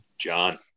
John